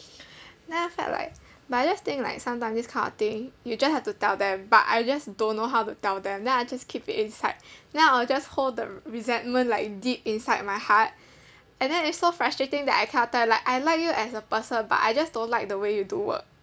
then I felt like but I just think like sometimes this kind of thing you just have to tell them but I just don't know how to tell them then I just keep it inside then I'll just hold the resentment like deep inside my heart and then it's so frustrating that I cannot tell like I like you as a person but I just don't like the way you do work